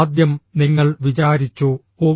ആദ്യം നിങ്ങൾ വിചാരിച്ചു ഓ